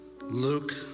Luke